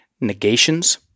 Negations